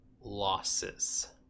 losses